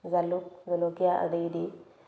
জালুক জলকীয়া আদি দি